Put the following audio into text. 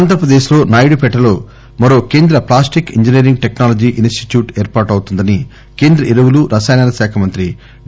ఆంధ్రప్రదేశ్ లో నాయుడు పేటలో మరో కేంద్ర ప్లాస్టిక్ ఇంజనీరింగ్ టెక్నాలజీ ఇన్ స్టిట్యూట్ ఏర్పాటు అవుతుందని కేంద్ర ఎరువులు రసాయనాల శాఖ మంత్రి డి